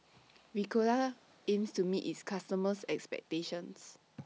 Ricola aims to meet its customers expectations